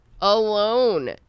Alone